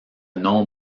nom